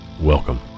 welcome